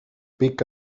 pick